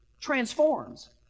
Transforms